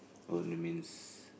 oh that means